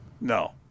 No